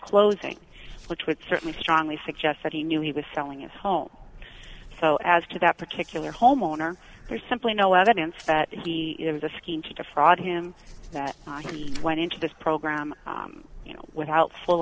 closing which would certainly strongly suggest that he knew he was selling it home so as to that particular homeowner there's simply no evidence that he is a scheme to defraud him that he went into this program you know without full